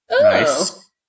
Nice